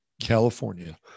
California